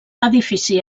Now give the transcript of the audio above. edifici